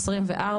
2024,